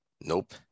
Nope